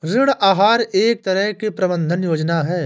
ऋण आहार एक तरह की प्रबन्धन योजना है